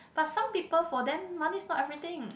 but some people for them money is not everything